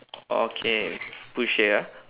okay push here ah